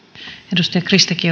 arvoisa